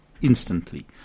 instantly